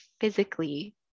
physically